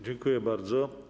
Dziękuję bardzo.